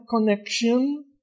connection